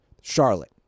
Charlotte